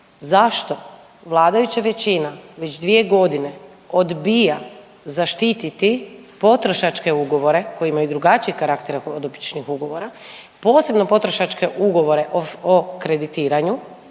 zašto vladajuća većina već dvije godine odbija zaštiti potrošačke ugovore koje imaju drugačiji karakter od običnih ugovora, posebno potrošačke ugovore o kreditiranju